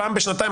פעם בשנתיים,